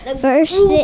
First